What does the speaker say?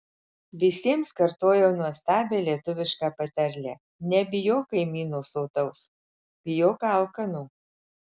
visiems kartojau nuostabią lietuvišką patarlę nebijok kaimyno sotaus bijok alkano